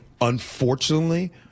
unfortunately